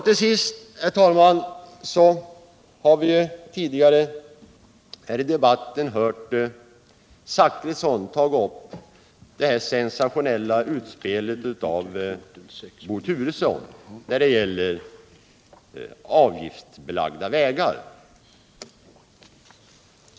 Till sist, herr talman, har vi ju tidigare här i debatten hört Bertil Zachrisson ta upp det sensationella utspelet av Bo Turesson när det gäller avgiftsbelagda vägar.